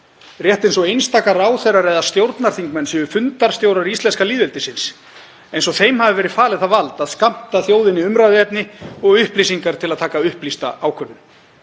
rétt eins og einstaka ráðherrar eða stjórnarþingmenn séu fundarstjórar íslenska lýðveldisins, eins og þeim hafi verið falið það vald að skammta þjóðinni umræðuefni og upplýsingar til að taka upplýsta ákvörðun.